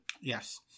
Yes